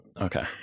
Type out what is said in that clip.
Okay